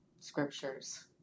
scriptures